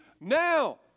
now